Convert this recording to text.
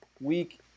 Week